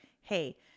hey